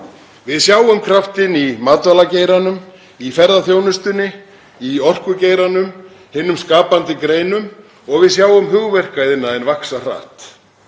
Við sjáum kraftinn í matvælageiranum, í ferðaþjónustunni, í orkugeiranum, hinum skapandi greinum og við sjáum hugverkaiðnaðinn vaxa hratt.